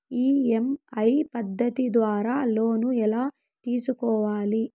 EMI పద్ధతి ద్వారా loan ఎలా తీసుకోవాలి